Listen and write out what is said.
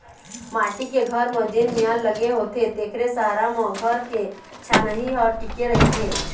माटी के घर म जेन मियार लगे होथे तेखरे सहारा म घर के छानही ह टिके रहिथे